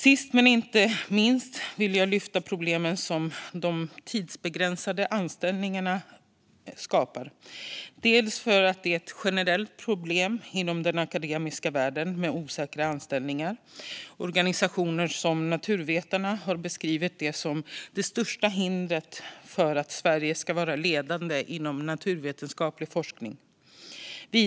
Sist men inte minst vill jag lyfta upp de problem som de tidsbegränsade anställningarna skapar. Osäkra anställningar är ett generellt problem inom den akademiska världen. Organisationer som Naturvetarna har beskrivit det som "det största hindret för att Sverige ska vara ledande inom naturvetenskaplig forskning".